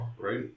Right